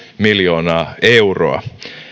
miljoonaa euroa